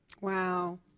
Wow